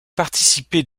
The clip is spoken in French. participer